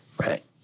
Right